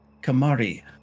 Kamari